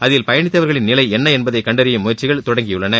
அதில் பயணித்தவர்களின் நிலை என்ன என்பதை கண்டறியும் முயற்சிகள் தொடங்கியுள்ளன